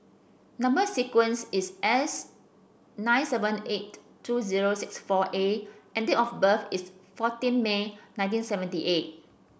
number sequence is S nine seven eight two zero six four A and date of birth is fourteen May nineteen seventy eight